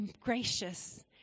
gracious